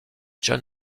john